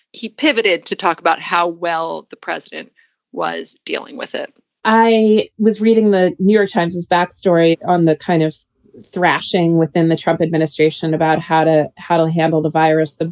he pivoted to talk about how well the president was dealing with it i was reading the new york times's back story on the kind of thrashing within the trump administration about how to how to handle the virus.